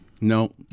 No